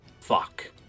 Fuck